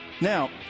Now